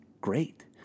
great